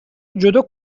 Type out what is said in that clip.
جودو